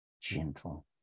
gentle